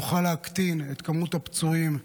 נוכל להקטין את מספר הפצועים,